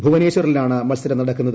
ഭൂവനേശ്വറിലാണ് മത്സരം നടക്കുന്നത്